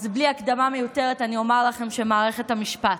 אז בלי הקדמה מיותרת אני אומר לכם שמערכת המשפט.